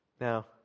Now